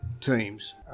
teams